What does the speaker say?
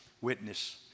witness